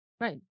Right